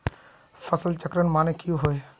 फसल चक्रण माने की होय?